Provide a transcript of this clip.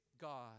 God